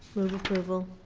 approval.